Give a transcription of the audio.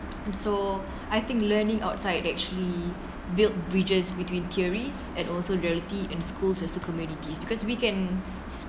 so I think learning outside actually build bridges between theories and also reality in schools as a community because we can